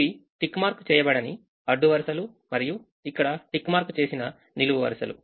ఇవి tick mark చేయబడని అడ్డు వరుసలు మరియు ఇక్కడ టిక్ మార్క్ చేసిన నిలువు వరుసలు